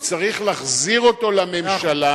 הוא צריך להחזיר אותו לממשלה,